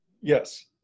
Yes